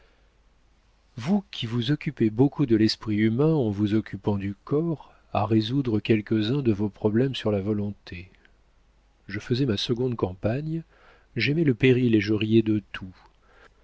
vous qui vous occupez beaucoup de l'esprit humain en vous occupant du corps à résoudre quelques-uns de vos problèmes sur la volonté je faisais ma seconde campagne j'aimais le péril et je riais de tout